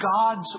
God's